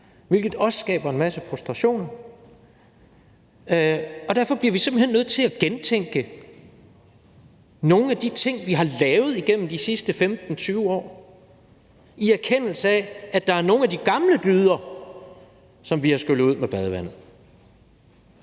hvilket også skaber en masse frustration. Derfor bliver vi simpelt hen nødt til at gentænke nogle af de ting, vi har lavet igennem de sidste 15-20 år, i erkendelse af, at der er nogle af de gamle dyder, som vi har skyllet ud med badevandet.